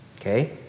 Okay